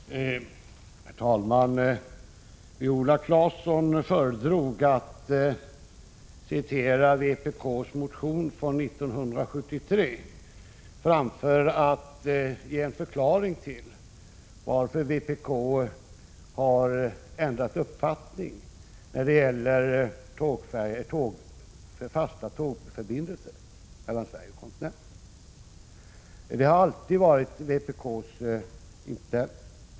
Herr talman! Viola Claesson föredrog att citera vpk:s motion från 1973 framför att ge en förklaring till varför vpk har ändrat uppfattning när det gäller fasta tågförbindelser mellan Sverige och kontinenten. Vpk har alltid haft en positiv inställning till sådana fasta tågförbindelser.